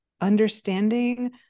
understanding